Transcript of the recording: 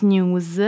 News